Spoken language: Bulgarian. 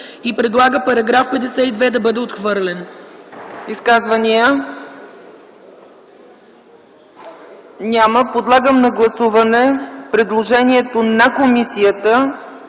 и предлага § 52 да бъде отхвърлен.